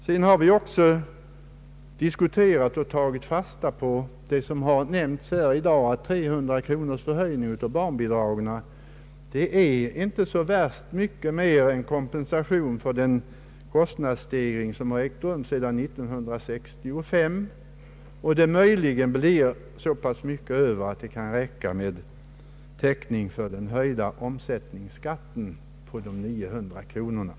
Vi har också diskuterat och tagit fasta på vad som har nämnts här i dag, nämligen att 300 kronors höjning av barnbidragen inte är så mycket mera än kompensation för den kostnadsstegring som ägt rum sedan 19635. Det blir möjligen så pass mycket över att det kan räcka som täckning för den höjda omsättningsskatten på de 900 kronorna.